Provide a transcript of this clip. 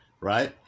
right